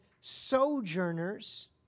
sojourners